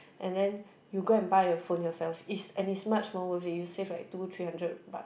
and then you go and buy your phone yourself it's and it's much more worth it you save like two three hundred buck